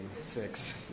Six